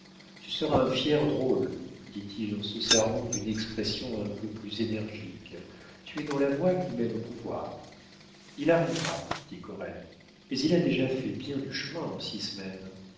tu seras un fier drôle dit-il en se servant d'une expression un peu plus énergique tu es dans la voie qui mène au pouvoir il arrivera dit coralie mais il a déjà fait bien du chemin en six semaines